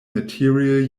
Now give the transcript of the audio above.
material